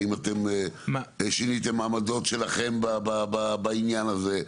האם אתם שיניתם עמדות שלכם בעניין הזה,